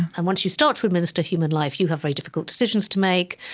and once you start to administer human life, you have very difficult decisions to make.